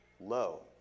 Low